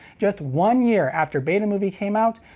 just one year after betamovie came out,